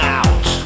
out